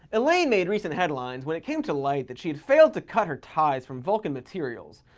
elaine made recent headlines when it came to light that she had failed to cut her ties from vulcan materials,